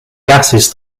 gases